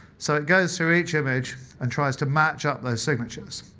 so it goes through each image and tries to match up those signatures.